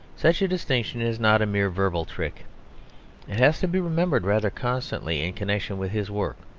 such a distinction is not a mere verbal trick it has to be remembered rather constantly in connection with his work.